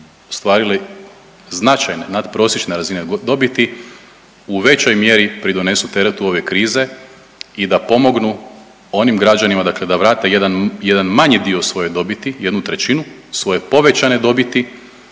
ostvarili značajne, nadprosječne razine dobiti u većoj mjeri pridonesu teretu ove krize i da pomognu onim građanima, dakle da vrate jedan manji dio svoje dobiti, jednu trećinu svoje povećane dobiti